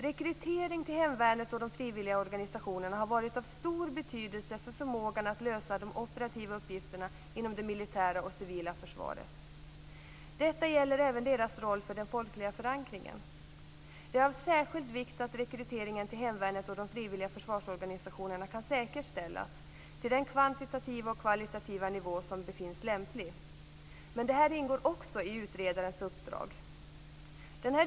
Rekrytering till hemvärnet och de frivilliga organisationerna har varit av stor betydelse för förmågan att lösa de operativa uppgifterna inom det militära och civila försvaret. Detta gäller även deras roll för den folkliga förankringen. Det är av särskild vikt att rekryteringen till hemvärnet och de frivilliga försvarsorganisationerna kan säkerställas till den kvantitativa och kvalitativa nivå som befinns lämplig. Också det ingår i utredarens uppdrag.